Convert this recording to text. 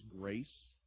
grace